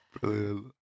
brilliant. (